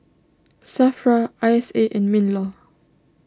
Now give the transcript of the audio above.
Safra I S A and MinLaw